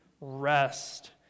rest